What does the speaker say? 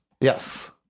Yes